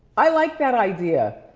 i like that idea.